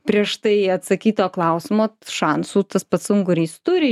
prieš tai atsakyto klausimo šansų tas pats ungurys turi